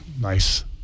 nice